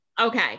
okay